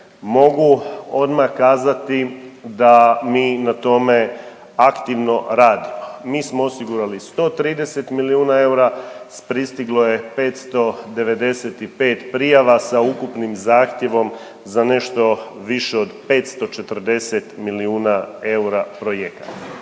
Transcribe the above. mogu odmah kazati da mi na tome aktivno radimo. Mi smo osigurali 130 milijuna eura, pristiglo je 595 prijava sa ukupnim zahtjevom za nešto više od 540 milijuna eura projekata.